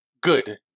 good